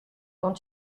quand